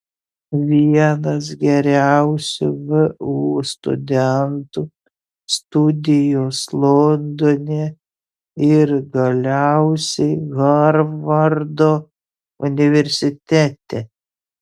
vienas geriausių vu studentų studijos londone ir galiausiai harvardo universitete